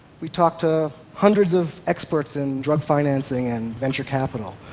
we talked to hundreds of experts in drug financing and venture capital.